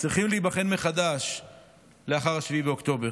צריכים להיבחן מחדש לאחר 7 באוקטובר.